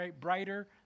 brighter